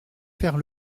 faire